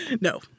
No